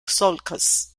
sulcus